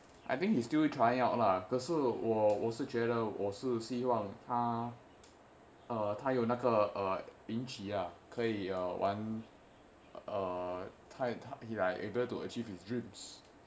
I think he's still trying out lah 可是我我是觉得我是希望他哦他有那个邻区呀可以玩太太:ke shi wo wo shi jue de wo shi xi wang ta o ta you na ge lin quou ya ke yi wan tai tai he like able to achieve his dreams